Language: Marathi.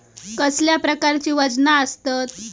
कसल्या प्रकारची वजना आसतत?